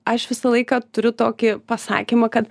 aš visą laiką turiu tokį pasakymą kad